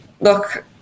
Look